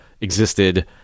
existed